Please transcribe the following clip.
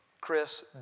Chris